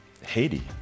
Haiti